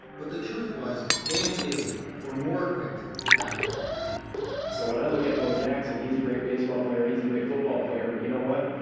but the truth was, dan and dave were more equipped to back up that claim so when i look at bo jackson he's a great baseball player he's a great football player, but you know what,